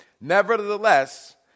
Nevertheless